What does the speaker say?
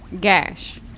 gash